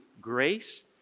grace